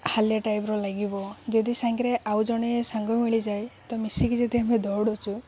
ହାଲିଆ ଟାଇପ୍ର ଲାଗିବ ଯଦି ସାଙ୍ଗରେ ଆଉ ଜଣେ ସାଙ୍ଗ ମିଳିଯାଏ ତ ମିଶିକି ଯଦି ଆମେ ଦୌଡ଼ୁଛୁ